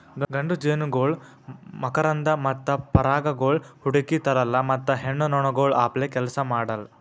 ಗಂಡು ಜೇನುನೊಣಗೊಳ್ ಮಕರಂದ ಮತ್ತ ಪರಾಗಗೊಳ್ ಹುಡುಕಿ ತರಲ್ಲಾ ಮತ್ತ ಹೆಣ್ಣ ನೊಣಗೊಳ್ ಅಪ್ಲೇ ಕೆಲಸ ಮಾಡಲ್